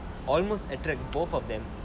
almost attract both of them